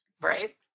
Right